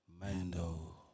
Mando